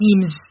teams